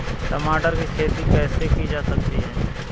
टमाटर की खेती कैसे की जा सकती है?